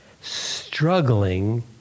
struggling